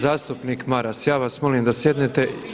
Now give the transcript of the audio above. Zastupnik Maras, ja vas molim da sjednete.